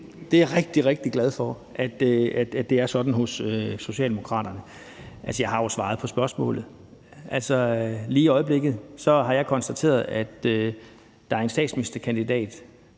Jeg er rigtig, rigtig glad for, at det er sådan hos Socialdemokraterne. Altså, jeg har jo svaret på spørgsmålet. Lige i øjeblikket konstaterer jeg, at der er en statsministerkandidat